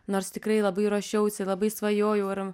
nors tikrai labai ruošiausi labai svajojau ir